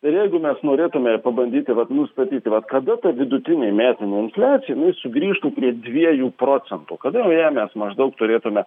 tai jeigu mes norėtume pabandyti vat nustatyti vat kada ta vidutinė metinė infliacija sugrįžtų prie dviejų procentų kada jau ją mes maždaug turėtumėme